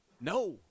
No